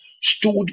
stood